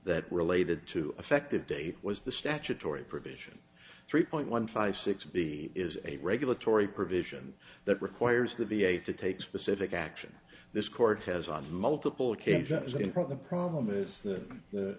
that related to effective date was the statutory provision three point one five six b is a regulatory provision that requires the v a to take specific action this court has on multiple occasions in front the problem is that the